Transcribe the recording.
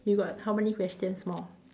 you got how many questions more